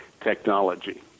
technology